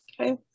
Okay